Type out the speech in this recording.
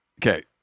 Okay